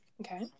okay